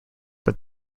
but